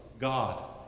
God